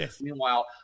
Meanwhile